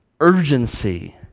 urgency